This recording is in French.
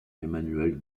emmanuel